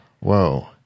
whoa